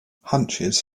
hunches